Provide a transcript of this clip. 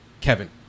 Kevin